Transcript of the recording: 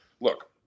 look